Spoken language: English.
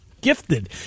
Gifted